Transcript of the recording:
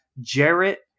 Jarrett